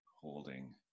holding